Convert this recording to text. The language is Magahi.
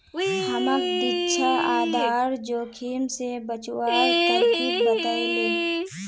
हमाक दीक्षा आधार जोखिम स बचवार तरकीब बतइ ले